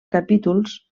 capítols